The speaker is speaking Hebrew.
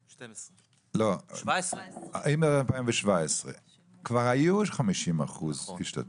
אם עד 2017 כבר היה 50% השתתפות,